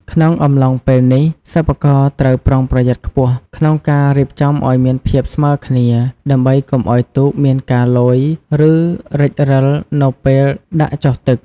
ក្នុងអំឡុងពេលនេះ សិប្បករត្រូវប្រុងប្រយ័ត្នខ្ពស់ក្នុងការរៀបចំឲ្យមានភាពស្មើគ្នាដើម្បីកុំឲ្យទូកមានការលយឬរេចរឹលនៅពេលដាក់ចុះក្នុងទឹក។